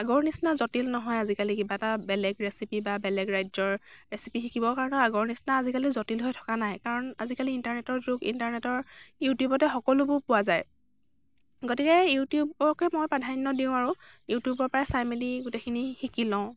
আগৰ নিচিনা জটিল নহয় আজিকালি কিবা এটা বেলেগ ৰেচিপি বা বেলেগ ৰাজ্য়ৰ ৰেচিপি শিকিবৰ কাৰণে আগৰ নিচিনা আজিকালি জটিল হৈ থকা নাই কাৰণ আজিকালি ইণ্টাৰনেটৰ যুগ ইণ্টাৰনেটৰ ইউটিউবতে সকলোবোৰ পোৱা যায় গতিকে ইউটিউবকে মই প্ৰাধান্য় দিওঁ আৰু ইউটিউবৰ পৰাই চাই মেলি গোটেইখিনি শিকি লওঁ